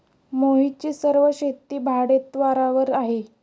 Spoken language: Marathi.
मोहितची सर्व शेती भाडेतत्वावर आहे